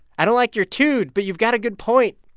i don't like your tude, but you've got a good point.